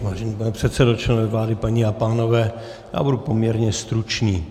Vážený pane předsedo, členové vlády, paní a pánové, budu poměrně stručný.